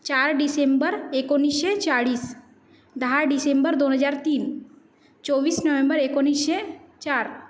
चार डिसेंबर एकोणीसशे चाळीस दहा डिसेंबर दोन हजार तीन चोविस नोहेंबर एकोणीसशे चार